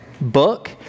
book